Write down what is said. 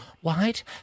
white